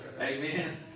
Amen